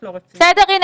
בסדר,